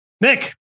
Nick